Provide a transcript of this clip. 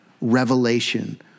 revelation